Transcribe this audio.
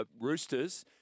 Roosters